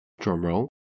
drumroll